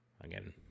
Again